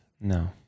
No